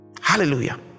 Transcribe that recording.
hallelujah